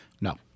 No